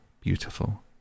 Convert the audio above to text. beautiful